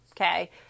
okay